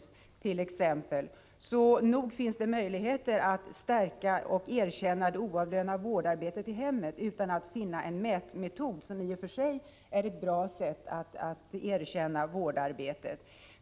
Så nog finns det möjligheter att stärka och erkänna det oavlönade vårdarbetet i hemmet utan någon mätmetod, som i och för sig är bra för att erkänna vårdarbetet.